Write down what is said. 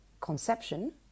conception